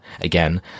again